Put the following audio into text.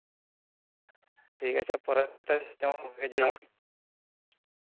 ᱴᱷᱤᱠ ᱟᱪᱷᱮ ᱯᱚᱨᱮᱛᱮ ᱵᱷᱟᱜᱮ ᱡᱮᱱᱚ ᱦᱩᱭᱩᱜ